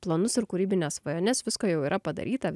planus ir kūrybines svajones visko jau yra padaryta